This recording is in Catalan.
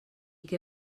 què